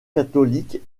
catholique